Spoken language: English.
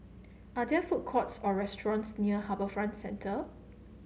are there food courts or restaurants near HarbourFront Centre